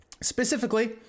Specifically